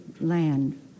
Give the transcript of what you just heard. land